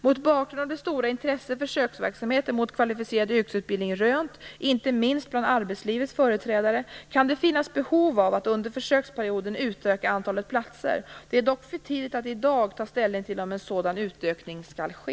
Mot bakgrund av det stora intresse som försöksverksamheten med Kvalificerad yrkesutbildning har rönt, inte minst bland arbetslivets företrädare, kan det finnas behov av att under försöksperioden utöka antalet platser. Det är dock för tidigt att i dag ta ställning till om en sådan utökning skall ske.